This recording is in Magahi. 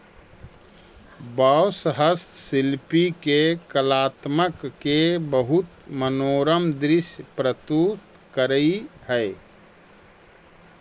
बाँस हस्तशिल्पि के कलात्मकत के बहुत मनोरम दृश्य प्रस्तुत करऽ हई